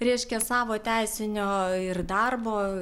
reiškia savo teisinio ir darbo